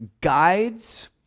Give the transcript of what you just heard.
guides